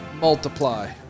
multiply